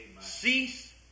cease